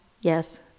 yes